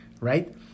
right